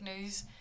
news